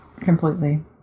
completely